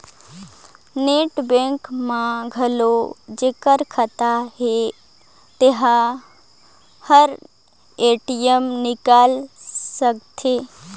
net banking में घलो जेखर खाता हे तेहू हर स्टेटमेंट निकाल सकथे